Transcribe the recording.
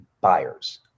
buyers